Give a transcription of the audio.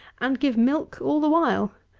and give milk all the while!